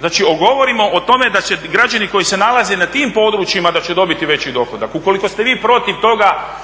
Znači govorimo o tome da će građani koji se nalaze na tim područjima da će dobiti veći dohodak. Ukoliko ste vi protiv toga